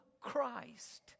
Christ